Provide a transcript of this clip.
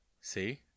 See